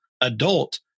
adult